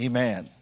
Amen